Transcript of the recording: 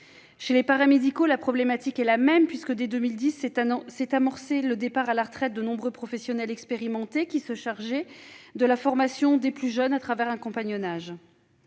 Chez les paramédicaux, la problématique est la même, puisque, depuis 2010, s'est amorcé le départ à la retraite de nombreux professionnels expérimentés, qui se chargeaient jusqu'ici de la formation des plus jeunes à travers le compagnonnage.